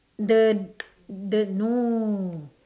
the the no